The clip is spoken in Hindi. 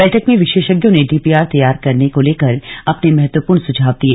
बैठक में विशेषज्ञों ने डीपीआर तैयार करने को लेकर अपने महत्वपूर्ण सुझाव दिए